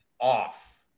off